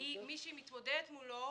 מי שהיא מתמודדת מולו,